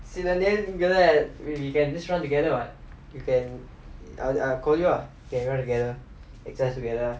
சில நேரங்குல:sila nerangula we can just run together what we can I I call you lah we can run together exercise together lah